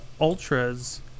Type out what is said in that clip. ultras